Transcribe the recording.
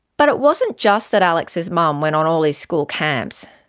but it wasn't just that alex's mum went on all his school camps,